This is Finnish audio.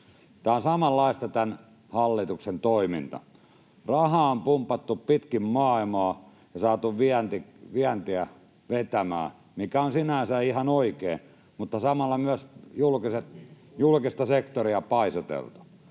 sitten. Samanlaista on tämän hallituksen toiminta: Rahaa on pumpattu pitkin maailmaa ja saatu vientiä vetämään, mikä on sinänsä ihan oikein, mutta samalla myös julkista sektoria on paisuteltu.